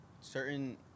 certain